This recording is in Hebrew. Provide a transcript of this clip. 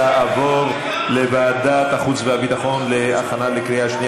התשע"ט 2018, לוועדת החוץ והביטחון נתקבלה.